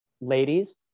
ladies